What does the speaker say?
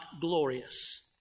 glorious